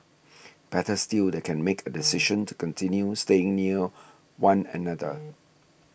better still they can make a decision to continue staying near one another